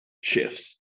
shifts